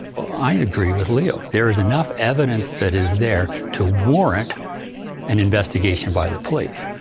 well, i agree with leo. there is enough evidence that is there to warrant an investigation by the police.